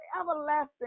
everlasting